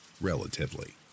relatively